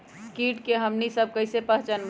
किट के हमनी सब कईसे पहचान बई?